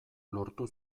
lortu